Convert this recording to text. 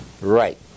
Right